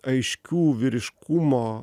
aiškių vyriškumo